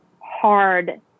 hard